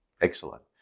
excellent